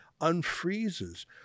unfreezes